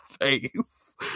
face